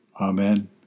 Amen